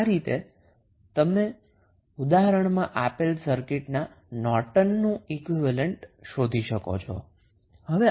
આમ આ રીતે તમે ઉદાહરણમાં આપેલા સર્કિટના નોર્ટનનું ઈક્વીવેલેન્ટ શોધી શકો છો